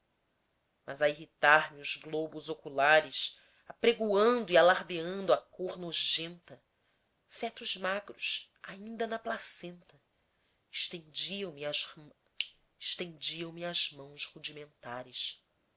mas a irritar me os globos oculares apregoando e alardeando a cor nojenta fetos magros ainda na placenta estendiam me as mãos rudimentares